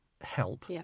help